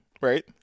right